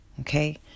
Okay